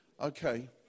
Okay